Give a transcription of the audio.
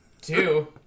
Two